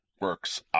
works